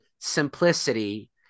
simplicity